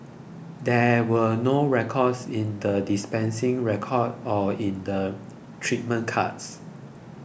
there were no records in the dispensing record or in the treatment cards